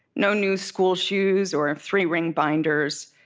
no new school shoes or three-ring binders,